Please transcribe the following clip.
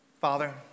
Father